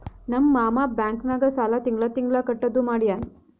ನಮ್ ಮಾಮಾ ಬ್ಯಾಂಕ್ ನಾಗ್ ಸಾಲ ತಿಂಗಳಾ ತಿಂಗಳಾ ಕಟ್ಟದು ಮಾಡ್ಯಾನ್